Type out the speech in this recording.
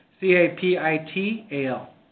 c-a-p-i-t-a-l